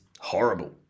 horrible